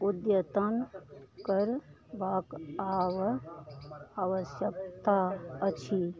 अद्यतन कर बाक आव आवश्यकता अछि